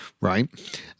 right